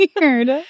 weird